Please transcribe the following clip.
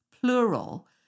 plural